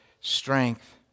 strength